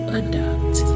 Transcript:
adopt